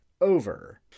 over